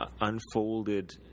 unfolded